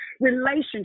relationship